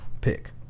pick